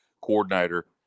coordinator